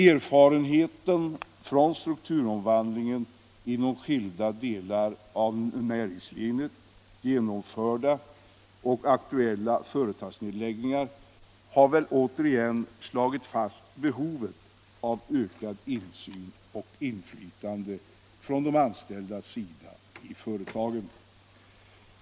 Erfarenheten från strukturomvandlingen inom skilda delar av näringslivet, genomförda och aktuella företagsnedläggningar, har väl återigen slagit fast behovet av ökad insyn och inflytande från de anställdas sida i företagen.